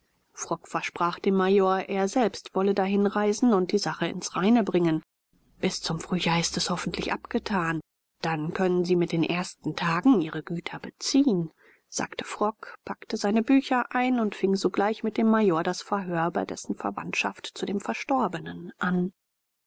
frock versprach dem major er selbst wolle dahin reisen und die sache ins reine bringen bis zum frühjahr ist's hoffentlich abgetan dann können sie mit den ersten tagen ihre güter beziehen sagte frock packte seine bücher ein und fing sogleich mit dem major das verhör über dessen verwandtschaft zu dem verstorbenen an